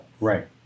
Right